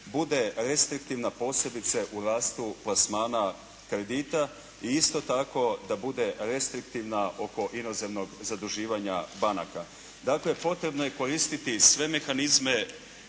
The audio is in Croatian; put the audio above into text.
bude restriktivna posebice u rastu plasmana kredita i isto tako da bude restriktivna oko inozemnog zaduživanja banaka. Dakle potrebno je koristiti sve mehanizme